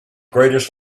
greatest